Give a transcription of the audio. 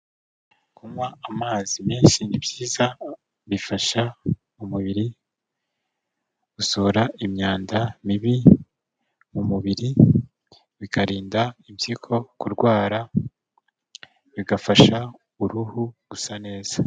Kunywa amazi menshi ni byiza, bifasha umubiri gusohora imyanda mibi mu mubiri, bikarinda impyiko kurwara, bigafasha uruhu gusa neza.